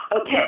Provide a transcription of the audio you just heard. Okay